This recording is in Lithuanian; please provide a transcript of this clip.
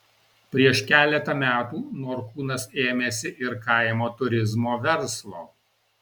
prieš keletą metų norkūnas ėmėsi ir kaimo turizmo verslo